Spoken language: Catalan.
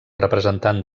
representant